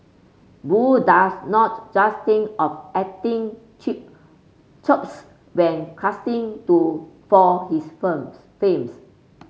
Boo does not just think of acting chip chops when casting to for his firms films